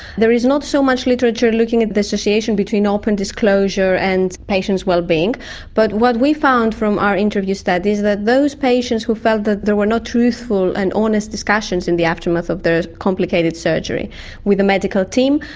there is not so much literature looking at the association between open disclosure and patients' well-being. but what we found from our interview studies is that those patients who felt that there were no truthful and honest discussions in the aftermath of their complicated surgery with a medical team,